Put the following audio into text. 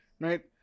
Right